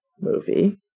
movie